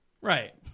right